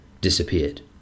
disappeared